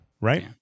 right